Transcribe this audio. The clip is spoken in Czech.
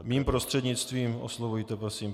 Mým prostřednictvím oslovujte prosím!